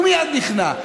הוא מייד נכנע.